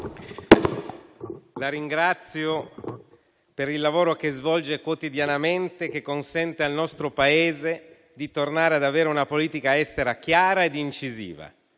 La ringrazio per il lavoro che svolge quotidianamente, che consente al nostro Paese di tornare ad avere una politica estera chiara e incisiva,